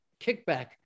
kickback